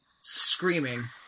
screaming